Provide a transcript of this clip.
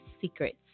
Secrets